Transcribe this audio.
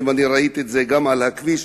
ראיתי את זה גם על הכביש.